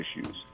issues